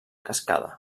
cascada